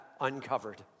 uncovered